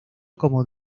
como